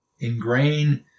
ingrain